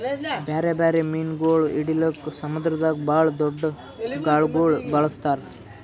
ಬ್ಯಾರೆ ಬ್ಯಾರೆ ಮೀನುಗೊಳ್ ಹಿಡಿಲುಕ್ ಸಮುದ್ರದಾಗ್ ಭಾಳ್ ದೊಡ್ದು ಗಾಳಗೊಳ್ ಬಳಸ್ತಾರ್